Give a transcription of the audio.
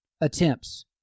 attempts